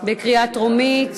בקריאה טרומית.